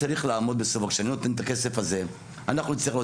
כשאני נותן את הכסף הזה אנחנו נצטרך להוציא